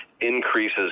increases